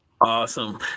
Awesome